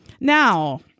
now